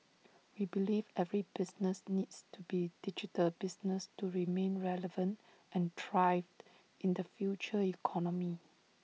we believe every business needs to be digital business to remain relevant and thrived in the future economy